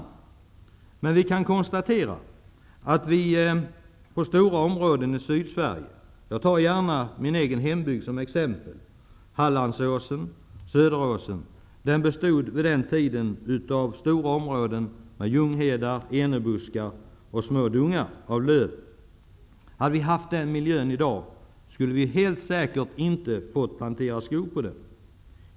Vi kan emellertid konstatera att stora områden i Sydsverige -- jag tar gärna min egen hembygd, Hallandsåsen och Söderåsen, som exempel -- för 100 år sedan var ljunghedar, fält av enebuskar och dungar av lövträd. Hade vi haft den miljön i dag skulle vi helt säkert inte ha fått plantera skog på dessa områden.